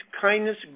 kindness